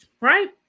right